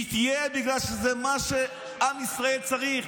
היא תהיה בגלל שזה מה שעם ישראל צריך,